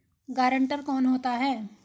Guarantor कौन होता है?